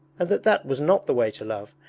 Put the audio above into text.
and that that was not the way to love,